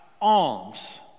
alms